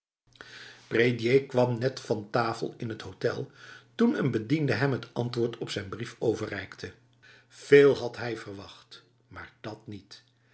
prédier kwam net van tafel in het hotel toen een bediende hem het antwoord op zijn brief overreikte veel had hij verwacht maar dat niet